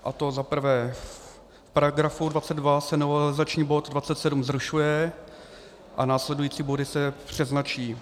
A to za prvé: v § 22 se novelizační bod 27 zrušuje a následující body se přeznačí.